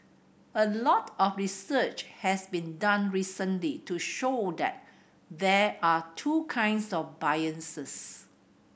a lot of research has been done recently to show that there are two kinds of biases